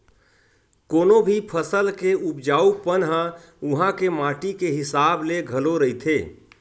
कोनो भी फसल के उपजाउ पन ह उहाँ के माटी के हिसाब ले घलो रहिथे